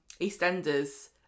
EastEnders